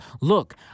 look